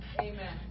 Amen